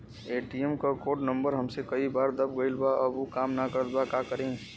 ATM क code number हमसे कई बार दब गईल बा अब उ काम ना करत बा हम का करी?